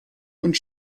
und